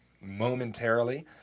momentarily